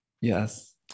Yes